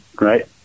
right